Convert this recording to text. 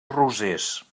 rosers